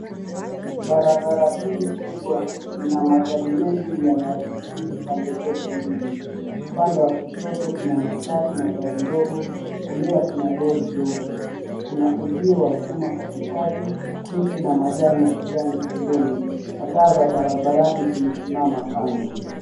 Barabara hili kubwa ina magari mengi yanayo safiri pande zote mbilli, upande wa kushoto kuna matatu na magari ndogo, kulia kuna lori jeupe. Kuna uzio wa chuma katikati miti na majani ya kijani pembeni. Mataa za barabarani zimesimama kando.